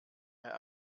mehr